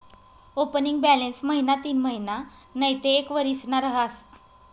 opening balance महिना तीनमहिना नैते एक वरीसना रहास